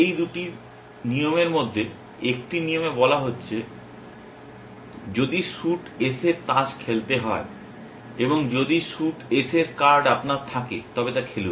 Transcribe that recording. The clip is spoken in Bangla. এই দুটি নিয়মের মধ্যে একটি নিয়মে বলা হচ্ছে যদি স্যুট S এর তাস খেলতে হয় এবং যদি স্যুট S এর কার্ড আপনার থাকে তবে তা খেলুন